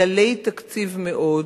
דלי תקציב מאוד,